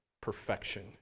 perfection